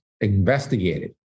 investigated